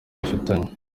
bafitanye